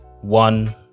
One